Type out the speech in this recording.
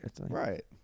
right